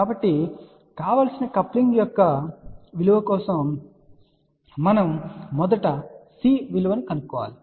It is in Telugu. కాబట్టి కావలసిన కప్లింగ్ యొక్క విలువ కోసం మనం మొదట C సంఖ్యా విలువను కనుగొంటాము